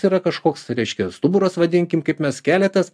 yra kažkoks reiškia stuburas vadinkim kaip mes skeletas